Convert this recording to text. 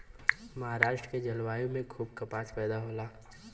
महाराष्ट्र के जलवायु में खूब कपास पैदा होला